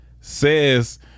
says